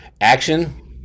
Action